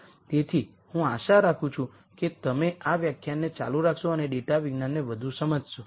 તેથી હું આશા રાખું છું કે તમે આ વ્યાખ્યાનને ચાલુ રાખશો અને ડેટાવિજ્ઞાનને વધુ સમજશો